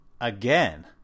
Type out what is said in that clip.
again